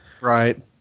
right